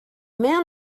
man